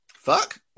fuck